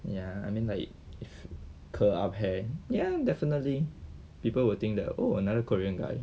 ya I mean like curl up hair ya definitely people will think that oh another korean guy